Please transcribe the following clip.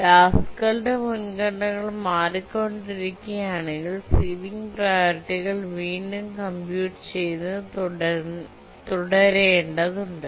ടാസ്ക്കുകളുടെ മുൻഗണനകൾ മാറിക്കൊണ്ടിരിക്കുകയാണെങ്കിൽ സീലിംഗ് പ്രിയോറിറ്റികൾ വീണ്ടും കംപ്യൂട്ട് ചെയ്യുന്നത് തുടരേണ്ടതുണ്ട്